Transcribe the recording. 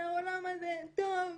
אמרה: אין לי ספק שיהיו ימים טובים